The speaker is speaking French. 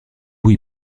bout